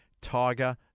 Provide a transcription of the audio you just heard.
Tiger